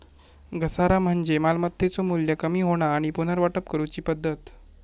घसारा म्हणजे मालमत्तेचो मू्ल्य कमी होणा आणि पुनर्वाटप करूची पद्धत